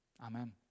Amen